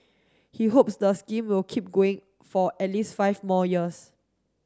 he hopes the scheme will keep going for at least five more years